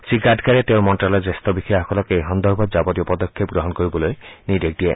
শ্ৰীগাডকাৰীয়ে তেওঁৰ মন্ত্ৰালয়ৰ জ্যেষ্ঠ বিষয়াসকলক এই সন্দৰ্ভত যাৱতীয় পদক্ষেপ গ্ৰহণ কৰিবলৈ নিৰ্দেশ দিয়ে